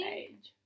age